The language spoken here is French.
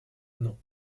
non